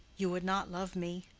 you would not love me.